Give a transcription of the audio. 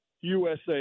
USA